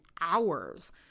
hours